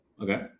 Okay